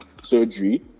surgery